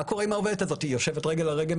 מה קורה עם העובדת הזאת היא יושבת רגל על רגל?